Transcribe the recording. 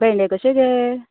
भेडे कशे गे